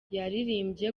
yaririmbye